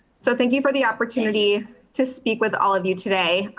so thank you for the opportunity to speak with all of you today.